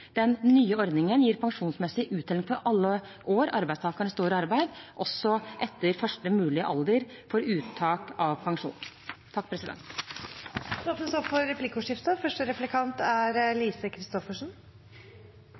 Den nye ordningen gir pensjonsmessig uttelling for alle år arbeidstakeren står i arbeid, også etter første mulige alder for uttak av pensjon. Det blir replikkordskifte. Jeg har lyst til å stille statsråden et spørsmål som gjelder dem som er